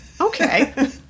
okay